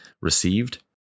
received